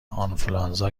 آنفولانزا